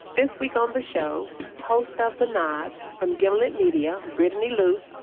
this week on the show, host of the nod, from gimlet media, brittany luse,